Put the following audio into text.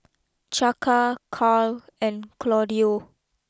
Chaka Karl and Claudio